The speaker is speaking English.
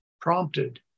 prompted